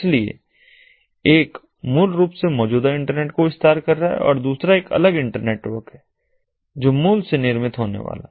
इसलिए एक मूल रूप से मौजूदा इंटरनेट का विस्तार कर रहा है और दूसरा एक अलग इंटरनेटवर्क है जो मूल से निर्मित होने वाला है